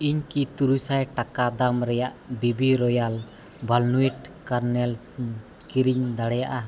ᱤᱧ ᱠᱤ ᱛᱩᱨᱩᱭ ᱥᱟᱭ ᱴᱟᱠᱟ ᱫᱟᱢ ᱨᱮᱭᱟᱜ ᱵᱤᱵᱤ ᱨᱚᱭᱮᱞ ᱚᱣᱟᱞᱱᱟᱴ ᱠᱟᱨᱱᱮᱞᱥ ᱠᱤᱨᱤᱧ ᱫᱟᱲᱮᱭᱟᱜᱼᱟ